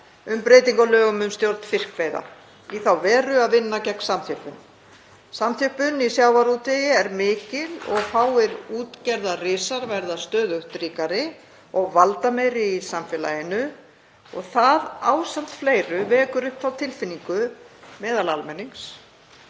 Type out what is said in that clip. um breytingu á lögum um stjórn fiskveiða í þá veru að vinna gegn samþjöppun. Samþjöppun í sjávarútvegi er mikil og fáir útgerðarrisar verða stöðugt ríkari og valdameiri í samfélaginu. Það ásamt fleiru vekur upp þá tilfinningu meðal almennings